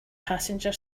passenger